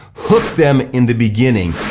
hook them in the beginning.